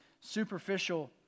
superficial